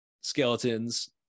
skeletons